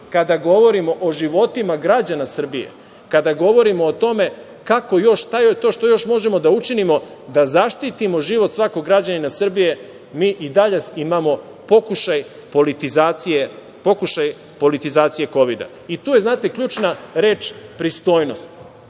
kada govorimo o životima građana Srbije, kada govorimo o tome šta još možemo da učinimo da zaštitimo život svakog građanina Srbije. Mi i danas imamo pokušaj politizacije Kovida. Tu je, znate, ključna reč pristojnost.